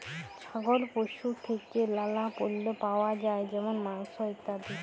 ছাগল পশু থেক্যে লালা পল্য পাওয়া যায় যেমল মাংস, ইত্যাদি